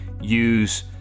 use